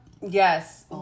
yes